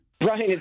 Right